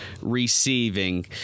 receiving